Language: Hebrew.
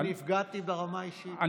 אני נפגעתי ברמה האישית.